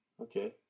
okay